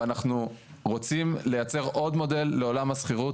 ואנחנו רוצים לייצר עוד מודל לעולם השכירות.